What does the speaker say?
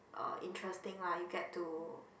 uh interesting lah you get to